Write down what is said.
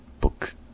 Book